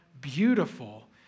beautiful